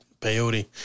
peyote